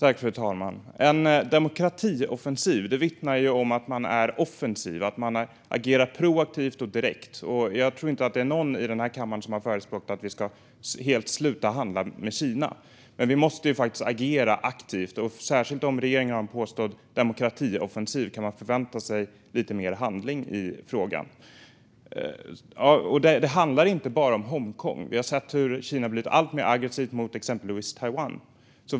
Fru talman! En demokratioffensiv innebär att man är offensiv och agerar proaktivt och direkt. Jag tror inte att någon i denna kammare förespråkar att vi helt ska sluta handla med Kina, men vi måste agera aktivt. Särskilt som regeringen påstår sig ha en demokratioffensiv kan man förvänta sig lite mer handling i frågan. Det handlar inte bara om Hongkong. Vi ser hur Kina blir alltmer aggressivt mot Taiwan.